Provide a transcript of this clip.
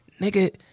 Nigga